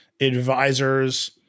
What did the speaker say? advisors